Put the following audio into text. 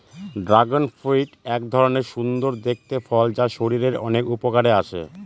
dragon fruit এক ধরনের সুন্দর দেখতে ফল যা শরীরের অনেক উপকারে আসে